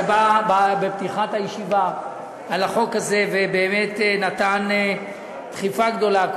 שבא בפתיחת הישיבה על החוק הזה ובאמת נתן דחיפה גדולה,